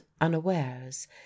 unawares